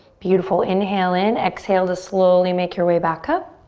beautiful, inhale in. exhale to slowly make your way back up.